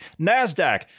NASDAQ